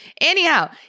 anyhow